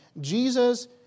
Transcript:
Jesus